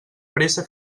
pressa